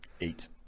Eight